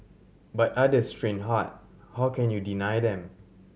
but others train hard how can you deny them